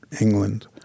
England